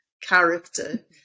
character